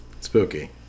Spooky